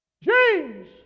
James